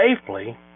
safely